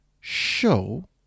show